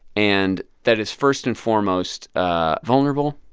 and that is first and foremost ah vulnerable.